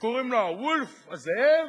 שקוראים לו the wolf, "הזאב",